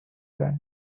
then